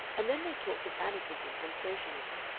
and then they talked of anarchism and socialism,